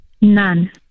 None